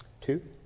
two